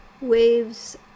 waves